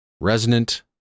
resonant